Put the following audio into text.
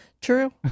True